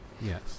Yes